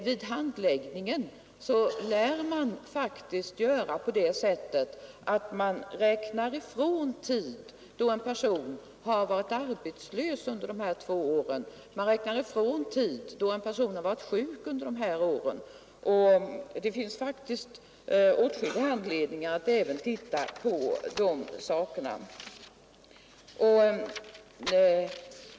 Vid handläggningen lär man faktiskt räkna ifrån tid då en person har varit arbetslös eller sjuk under de här två åren. Det finns faktiskt åtskilliga anledningar att även se på dessa saker.